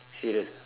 serious ah